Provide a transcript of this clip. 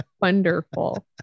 Wonderful